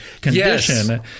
condition